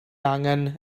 angen